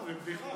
נכון.